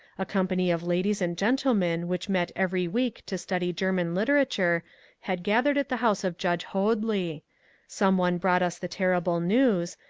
a company of ladies and gentle men which met every week to study german literature had gathered at the house of judge hoadly some one brought us the terrible news,